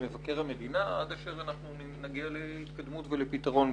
מבקר המדינה עד אשר נגיע להתקדמות ולפתרון.